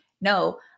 no